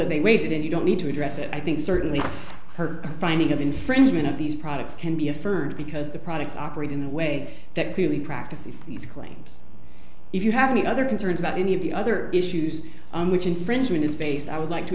that they waited and you don't need to address it i think certainly her finding of infringement of these products can be affirmed because the products operate in a way that clearly practices these claims if you have any other concerns about any of the other issues on which infringement is based i would like to